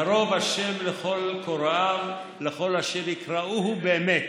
"קרוב ה' לכל קֹראיו, לכל אשר יקראֻהו באמת".